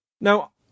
Now